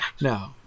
No